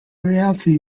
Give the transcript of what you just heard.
reality